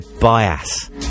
Bias